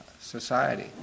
society